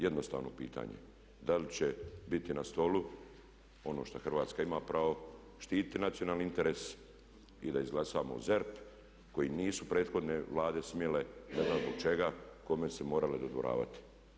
Jednostavno pitanje, da li će biti na stolu ono što Hrvatska ima pravo štititi nacionalni interes i da izglasamo ZERP koji nisu prethodne Vlade smjele ne znam zbog čega i kome su se morale dodvoravati.